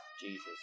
Jesus